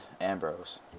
Ambrose